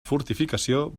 fortificació